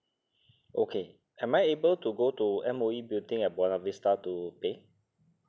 okay am I able to go to M_O_E building to pay